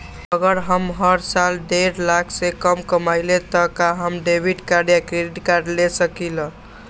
अगर हम हर साल डेढ़ लाख से कम कमावईले त का हम डेबिट कार्ड या क्रेडिट कार्ड ले सकली ह?